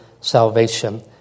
salvation